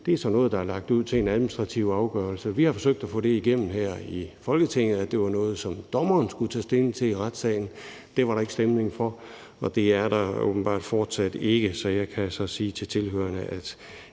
Det er så noget, der er lagt ud til en administrativ afgørelse. Vi har forsøgt at få igennem her i Folketinget, at det var noget, som dommeren skulle tage stilling til i retssalen. Det var der ikke stemning for, og det er der åbenbart fortsat ikke. Så jeg kan sige til tilhørerne, at